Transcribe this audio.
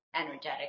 energetic